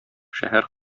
шәһәр